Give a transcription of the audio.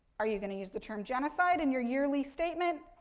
are you going to use the term genocide in your yearly statement?